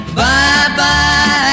bye-bye